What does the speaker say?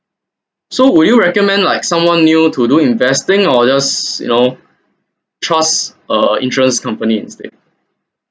so would you recommend like someone new to do investing or just you know trust a interest company instead